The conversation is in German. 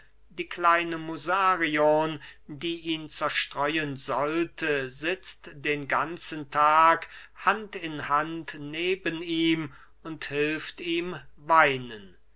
die kleine musarion die ihn zerstreuen sollte sitzt den ganzen tag hand in hand neben ihm und hilft ihm weinen